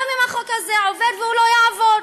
גם אם החוק הזה עובר, והוא לא יעבור.